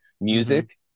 music